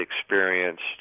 experienced